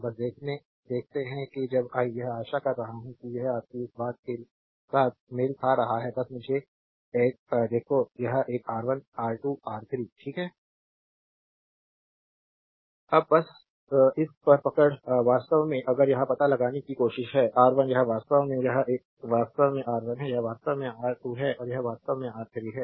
बस देखते हैं कि जब आई यह आशा कर रहा हूँ कि यह आपकी इस बात के साथ मेल खा रहा है बस मुझे एक देखो यह एक R1 R2 R3 ठीक है स्लाइड समय देखें 1046 अब बस इस पर पकड़ वास्तव में अगर यह पता लगाने की कोशिश है R1 यह वास्तव में यह एक वास्तव में R1 है यह वास्तव में R2 है और यह वास्तव में R3 है